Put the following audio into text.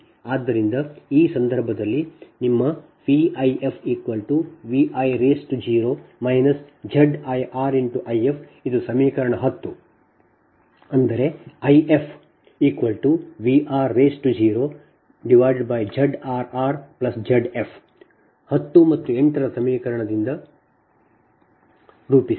ಆದ್ದರಿಂದ ಆ ಸಂದರ್ಭದಲ್ಲಿ ನಿಮ್ಮ VifVi0 ZirIf ಇದು ಸಮೀಕರಣ 10 ಅಂದರೆ IfVr0ZrrZf 10 ಮತ್ತು 8 ರ ಸಮೀಕರಣದಿಂದ 10 ಮತ್ತು 8 ರ ಸಮೀಕರಣವನ್ನು ರೂಪಿಸಿ